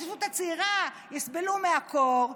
והילדים בהתיישבות הצעירה יסבלו מהקור,